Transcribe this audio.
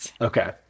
Okay